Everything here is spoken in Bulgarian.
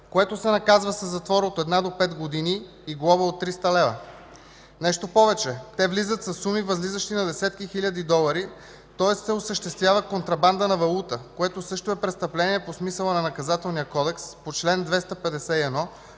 което се наказва със затвор от една до пет години и глоба от 300 лв. Нещо повече, те влизат със суми, възлизащи на десетки хиляди долари, тоест се осъществява контрабанда на валута, което също е престъпление по смисъла на Наказателния кодекс по чл. 251,